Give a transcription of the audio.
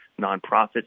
nonprofits